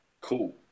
cool